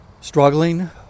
struggling